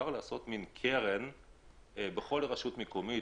לעשות מעין קרן כספית בכל רשות מקומית,